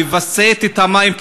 לווסת את המים,